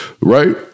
Right